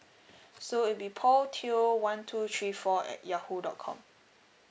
so it will be paul teo one two three four at yahoo dot com